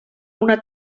una